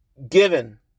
given